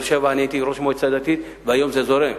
הייתי ראש מועצה דתית בבאר-שבע, והיום זה זורם.